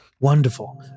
Wonderful